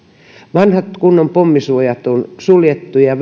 vanhat kunnon pommisuojat on suljettu ja